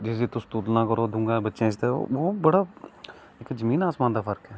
जिसदी तुस तुलना करो दोऐ बच्चें आस्तै ओह् इक बड़ा जमीन आसमान दा फर्क ऐ